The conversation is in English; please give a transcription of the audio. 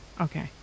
Okay